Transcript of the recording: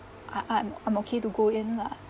I I'm I'm okay to go in lah